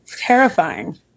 Terrifying